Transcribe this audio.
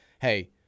hey